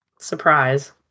Surprise